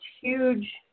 huge